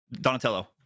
Donatello